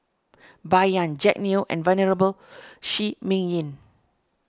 Bai Yan Jack Neo and Venerable Shi Ming Yi